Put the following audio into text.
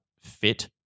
fit